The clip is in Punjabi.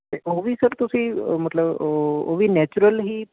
ਅਤੇ ਉਹ ਵੀ ਸਰ ਤੁਸੀਂ ਮਤਲਬ ਓ ਉਹ ਵੀ ਨੈਚੁਰਲ ਹੀ